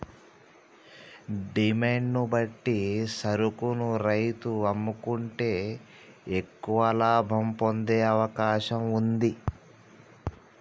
demand ను బట్టి సరుకును రైతు అమ్ముకుంటే ఎక్కువ లాభం పొందే అవకాశం వుంది